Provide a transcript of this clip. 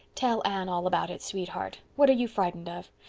tell anne all about it, sweetheart. what are you frightened of?